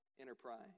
enterprise